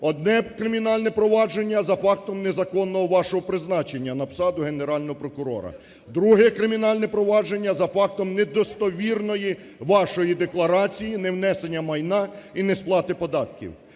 Одне кримінальне провадження – за фактом незаконного вашого призначення на посаду Генерального прокурора, друге кримінальне провадження – за фактом недостовірної вашої декларації, невнесення майна і несплати податків.